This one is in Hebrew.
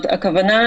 נכון.